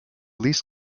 least